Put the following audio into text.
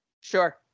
sure